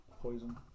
poison